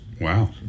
Wow